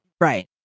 Right